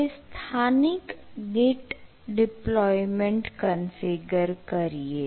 હવે સ્થાનિક Git deployment configure કરીએ